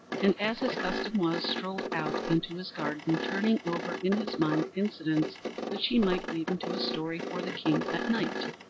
and as his custom was, strolled out into his garden, turning over in his mind incidents which he might weave into a story for the king at night.